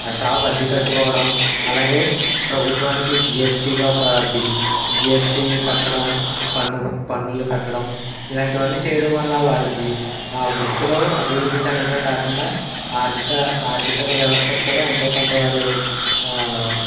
ఆ షాప్ అద్దె కట్టుకోవడం అలాగే ప్రభుత్వానికి జిఎస్టిగా ఒక బిల్ జిఎస్టి కట్టడం పన్ను పన్నులు కట్టడం ఇలాంటివన్నీచేయడం వాళ్ళ వారి జీ వృత్తిలో అభివృద్ధి చెందడమే కాకుండా ఆర్ధిక ఆర్ధిక వ్యవస్థకి కూడా ఎంతో కొంత వారు